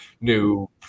new